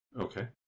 Okay